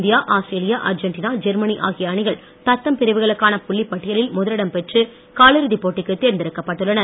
India Australia Argentina Germany ஆகிய அணிகள் தத்தம் பிரிவுகளுக்கான புள்ளிப் பட்டியலில் முதலிடம் பெற்று காலிறுதிப் போட்டிக்கு தேர்ந்தெடுக்கப்பட்டுள்ளனர்